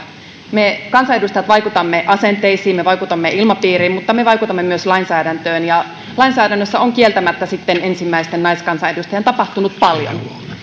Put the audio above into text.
me kansanedustajat vaikutamme asenteisiin me vaikutamme ilmapiiriin mutta me vaikutamme myös lainsäädäntöön ja lainsäädännössä on kieltämättä sitten ensimmäisten naiskansanedustajien tapahtunut paljon